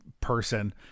person